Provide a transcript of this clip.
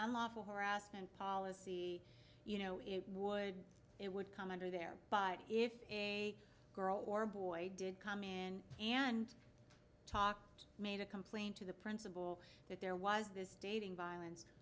unlawful harassment policy you know it would it would come under there but if a girl or boy did come in and talked made a complaint to the principal that there was this dating violence